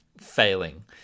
failing